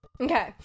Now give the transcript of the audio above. Okay